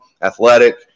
athletic